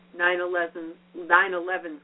9-11's